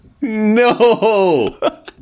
No